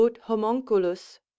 homunculus